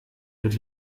mit